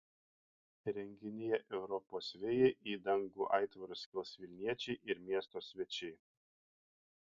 renginyje europos vėjai į dangų aitvarus kels vilniečiai ir miesto svečiai